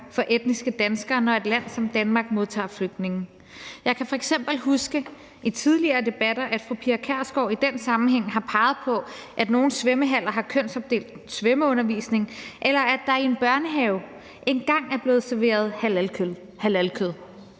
for etniske danskere, når et land som Danmark modtager flygtninge. Jeg kan f.eks. huske fra tidligere debatter, at fru Pia Kjærsgaard i den sammenhæng har peget på, at nogle svømmehaller har kønsopdelt svømmeundervisning, eller at der i en børnehave engang er blevet serveret halalkød.